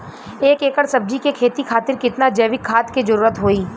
एक एकड़ सब्जी के खेती खातिर कितना जैविक खाद के जरूरत होई?